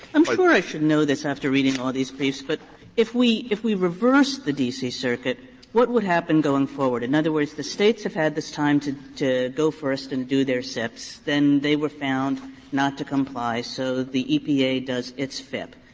i'm sure i should know this after reading all these briefs, but if we if we reverse the d c. circuit what would happen going forward? in other words, the states have had this time to to go first and to do their sips. then they were found not to comply, so the epa does its fip.